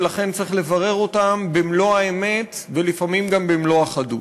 ולכן צריך לברר אותן במלוא האמת ולפעמים גם במלוא החדות.